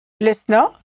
Listener